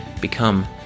become